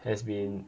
has been